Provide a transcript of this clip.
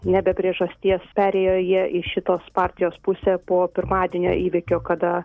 ne be priežasties perėjo jie į šitos partijos pusę po pirmadienio įvykio kada